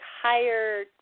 higher